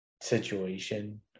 situation